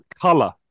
color